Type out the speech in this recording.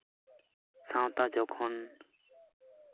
ᱥᱟᱶᱛᱟ ᱡᱚᱠᱷᱚᱱ